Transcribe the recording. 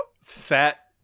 Fat